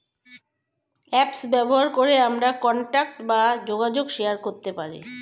apps ব্যবহার করে আমরা কন্টাক্ট বা যোগাযোগ শেয়ার করতে পারি